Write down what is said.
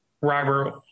Robert